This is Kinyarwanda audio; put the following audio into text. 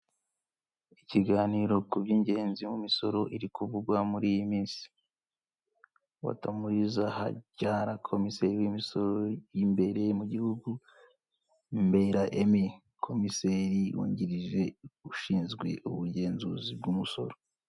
Ikiganiro ku by'ingenzi mu misoro iri kuvugwa muri iyi minsi, Batamuriza Hajala komiseyori w'imisoro y'imbere mu gihugu, Mbera Emi komiseri wungirije ushinzwe ubugenzuzi bw'umusoro.